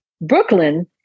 Brooklyn